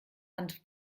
hanf